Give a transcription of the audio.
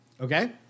Okay